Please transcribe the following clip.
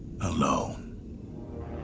alone